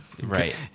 right